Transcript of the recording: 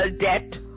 debt